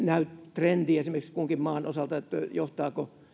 trendi esimerkiksi kunkin maan osalta ja johtaako